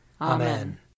Amen